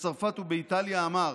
בצרפת ובאיטליה אמר: